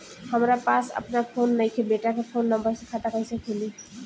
हमरा पास आपन फोन नईखे बेटा के फोन नंबर से खाता कइसे खुली?